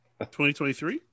2023